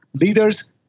leaders